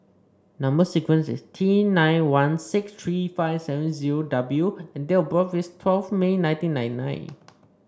number sequence is T nine one six tree five seven zero W and date of birth is twelve May nineteen ninety nine